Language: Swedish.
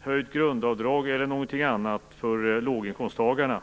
höjt grundavdrag eller något liknande för låginkomsttagarna.